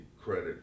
credit